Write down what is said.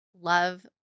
love